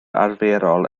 arferol